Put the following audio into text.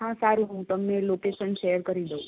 હા સારું હું તમને લોકેસન શેર કરી દઉં છું